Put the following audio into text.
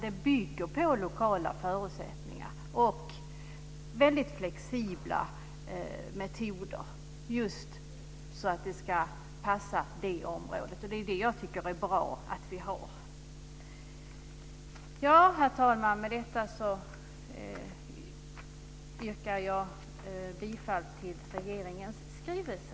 Det bygger på lokala förutsättningar och väldigt flexibla metoder så att det ska passa det området. Jag tycker att det är bra att vi har det. Herr talman! Med detta yrkar jag bifall till regeringens skrivelse.